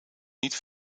niet